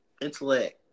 Intellect